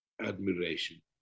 admiration